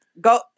Go